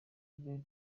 rwe